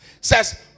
says